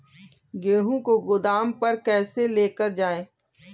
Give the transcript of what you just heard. गेहूँ को गोदाम पर कैसे लेकर जाएँ?